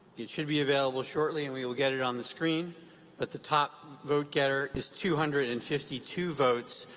it should be available shortly and we'll we'll get it on the screen but the top vote-getter is two hundred and fifty two votes.